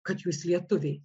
kad jūs lietuviai